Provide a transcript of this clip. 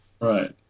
Right